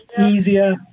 easier